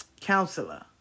counselor